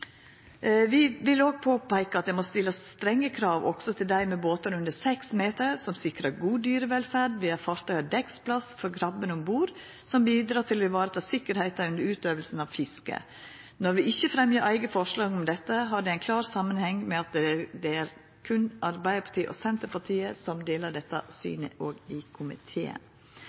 Vi vil påpeika at det må stillast strenge krav også til dei med båtar under seks meter som sikrar god dyrevelferd ved at fartøya har dekksplass for krabben om bord, og som bidreg til å vareta sikkerheita og gjennomføringa av fisket. Når vi ikkje fremjar eige forslag om dette, har det ein klar samanheng med at det i komiteen berre er Arbeidarpartiet og Senterpartiet som deler dette synet. Heile komiteen er oppteken av og